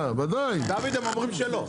דוד הם אומרים שלא.